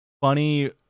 funny